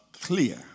clear